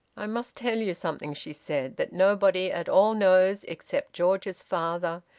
i must tell you something, she said, that nobody at all knows except george's father,